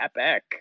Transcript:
epic